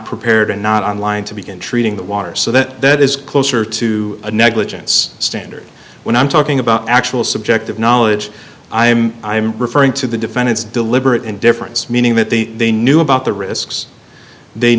prepared and not on line to begin treating the water so that it is closer to a negligence standard when i'm talking about actual subjective knowledge i'm i'm referring to the defendant's deliberate indifference meaning that the they knew about the risks they